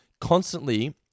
constantly